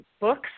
books